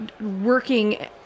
working